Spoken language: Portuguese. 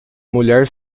mulher